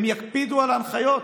הם יקפידו על ההנחיות.